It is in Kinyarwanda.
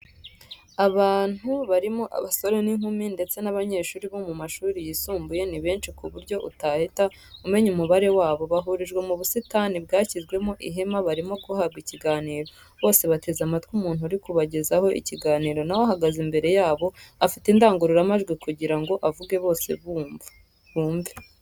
Abantu barimo abasore n'inkumi ndetse n'abanyeshuri bo mu mashuri yisumbuye ni benshi ku buryo utahita umenya umubare wabo, bahurijwe mu busitani bwashyizwemo ihema ,barimo guhabwa ikiganiro , bose bateze amatwi umuntu uri kubagezaho ikiganiro nawe ahagaze imbere yabo afite indangururamajwi kugirango avuge bose bumve.